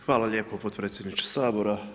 Hvala lijepo potpredsjedniče Sabora.